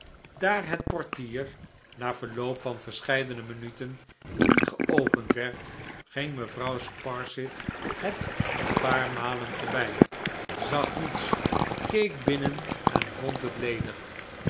daar het portier na verloop van verscheidene minuten niet geopend werd ging mevrouw sparsit het een paar malen voorbij zag niets keek binnen en vond het ledig